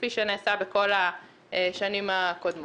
כפי שנעשה בכל השנים הקודמות.